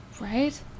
Right